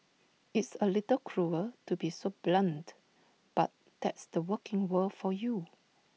it's A little cruel to be so blunt but that's the working world for you